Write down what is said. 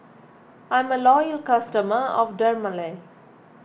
I'm a loyal customer of Dermale